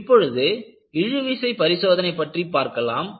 இப்பொழுது இழுவிசை பரிசோதனை பற்றி பார்க்கலாம்